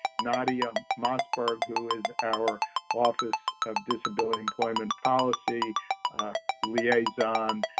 nadia mossberg, who is our office of disability employment policy liaison,